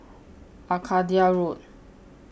Arcadia Road